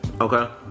Okay